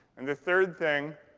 and the third thing,